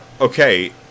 Okay